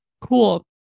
cool